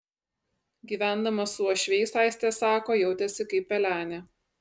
gyvendama su uošviais aistė sako jautėsi kaip pelenė